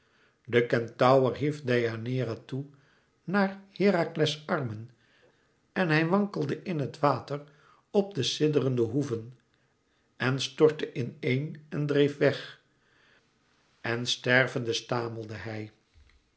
de kentaur hief deianeira toe naar herakles armen en hij wankelde in het water op de sidderende hoeven en stortte in een en dreef weg en stervende stamelde hij